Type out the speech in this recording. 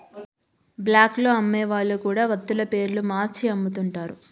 black లో అమ్మే వాళ్ళు కూడా వత్తుల పేర్లు మార్చి అమ్ముతుంటారు